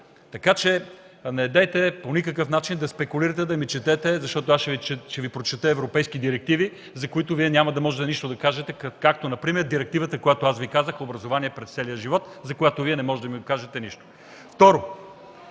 Така че недейте по никакъв начин да спекулирате, да ми четете, защото аз ще Ви прочета европейски директиви, за които Вие няма да можете нищо да кажете, както например за директивата, която Ви казах – „Образование през целия живот”, за която Вие не можете да ми кажете нищо. Второ,